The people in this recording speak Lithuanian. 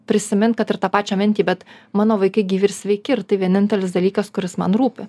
prisimint kad ir tą pačią mintį bet mano vaikai gyvi ir sveiki ir tai vienintelis dalykas kuris man rūpi